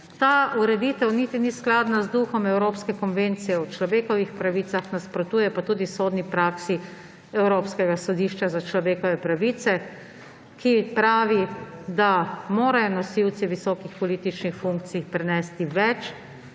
Ta ureditev niti ni skladna z duhom evropske konvencije o človekovih pravicah, nasprotuje pa tudi sodni praksi Evropskega sodišča za človekove pravice, ki pravi, da morajo nosilci visokih političnih funkcij prenesti več,